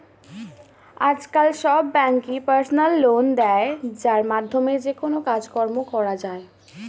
আজকাল সব ব্যাঙ্কই পার্সোনাল লোন দেয় যার মাধ্যমে যেকোনো কাজকর্ম করা যায়